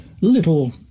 little